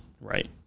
right